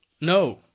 No